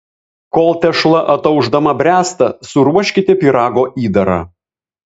kol tešla ataušdama bręsta suruoškite pyrago įdarą